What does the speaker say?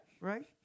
right